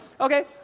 Okay